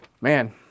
man